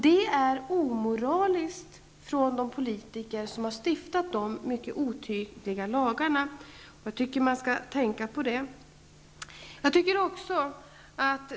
Det är omoraliskt av de politiker som har stiftat de mycket otydliga lagarna. Man skall tänka på det.